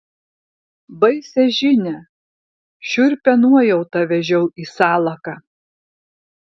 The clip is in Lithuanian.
baisią žinią šiurpią nuojautą vežiau į salaką